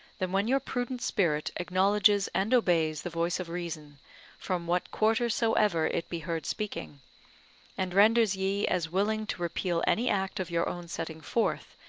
than when your prudent spirit acknowledges and obeys the voice of reason from what quarter soever it be heard speaking and renders ye as willing to repeal any act of your own setting forth,